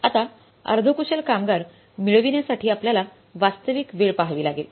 आता अर्ध कुशल कामगार मिळविण्यासाठी आपल्याला वास्तविक वेळ पाहावी लागेल